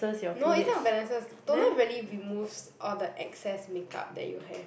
no is not balances toner really removes all the excess makeup that you have